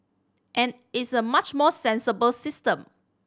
and it's a much more sensible system